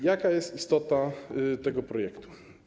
Jaka jest istota tego projektu?